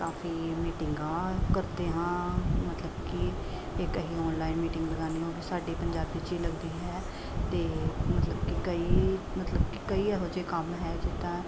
ਕਾਫੀ ਮੀਟਿੰਗਾਂ ਕਰਦੇ ਹਾਂ ਮਤਲਬ ਕਿ ਇੱਕ ਅਸੀਂ ਆਨਲਾਈਨ ਮੀਟਿੰਗ ਲਗਾਉਂਦੇ ਹਾਂ ਉਹ ਵੀ ਸਾਡੇ ਪੰਜਾਬੀ 'ਚ ਹੀ ਲੱਗਦੀ ਹੈ ਅਤੇ ਮਤਲਬ ਕਿ ਕਈ ਮਤਲਬ ਕਿ ਕਈ ਇਹੋ ਜਿਹੇ ਕੰਮ ਹੈ ਜਿੱਦਾਂ